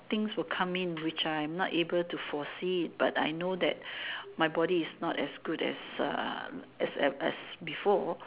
things will come in which I'm not be able to foresee it but I know that my body is not as good as uh as as before